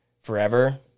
forever